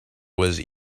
was